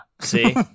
See